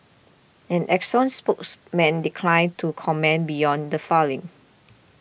an Exxon spokesman declined to comment beyond the folling